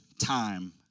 time